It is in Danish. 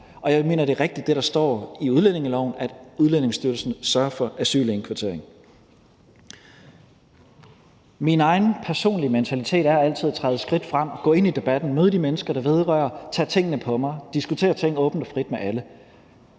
Og jeg mener, at det, der står i udlændingeloven, er rigtigt, nemlig at Udlændingestyrelsen sørger for asylindkvartering. Min egen personlige mentalitet er altid at træde et skridt frem og gå ind i debatten og møde de mennesker, det vedrører, tage tingene på mig, diskutere ting åbent og frit med alle.